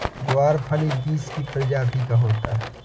ग्वारफली बींस की प्रजाति का होता है